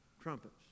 trumpets